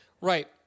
Right